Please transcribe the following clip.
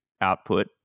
output